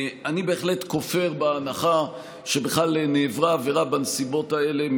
אני בהחלט כופר בהנחה שבכלל נעברה עבירה בנסיבות האלה,